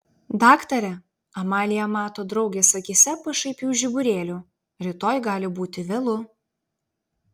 daktare amalija mato draugės akyse pašaipių žiburėlių rytoj gali būti vėlu